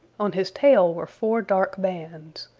on his tail were four dark bands.